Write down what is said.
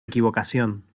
equivocación